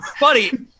Buddy